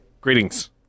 Greetings